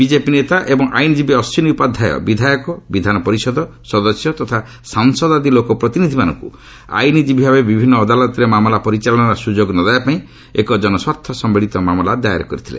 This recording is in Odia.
ବିଜେପି ନେତା ଏବଂ ଆଇନଜୀବୀ ଅଶ୍ୱିନୀ ଉପାଧ୍ୟାୟ ବିଧାୟକ ବିଧାନ ପରିଷଦ ସଦସ୍ୟ ତଥା ସଫାସଦ ଆଦି ଲୋକ ପ୍ରତିନିଧିମାନଙ୍କୁ ଆଇନଜୀବୀଭାବେ ବିଭିନ୍ନ ଅଦାଲତରେ ମାମଲା ପରିଚାଳନାର ସୁଯୋଗ ନ ଦେବା ପାଇଁ ଏକ ଜନସ୍ୱାର୍ଥ ସମ୍ଭଳିତ ମାମଲା ଦାୟର କରିଥିଲେ